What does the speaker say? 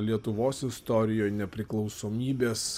lietuvos istorijoj nepriklausomybės